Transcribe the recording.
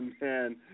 man